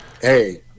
hey